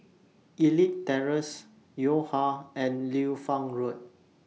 Elite Terrace Yo Ha and Liu Fang Road